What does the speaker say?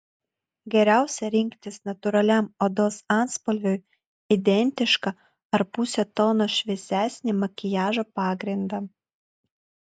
geriausia rinktis natūraliam odos atspalviui identišką ar puse tono šviesesnį makiažo pagrindą